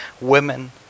women